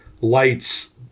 lights